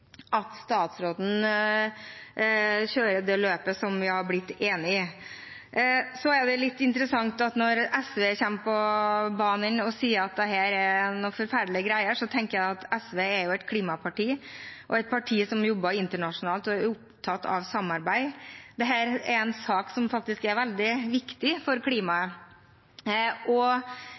at statsråden kjører det løpet som vi har blitt enige om. Det er litt interessant når SV kommer på banen og sier at dette er noen forferdelige greier. Jeg tenker at SV er et klimaparti og et parti som jobber internasjonalt og er opptatt av samarbeid. Dette er en sak som faktisk er veldig viktig for klimaet.